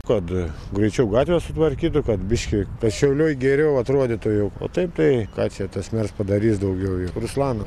kad greičiau gatves sutvarkytų kad biškį šiauliai geriau atrodytų jau taip tai ką čia tas meras padarys daugiau ruslanas